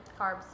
Carbs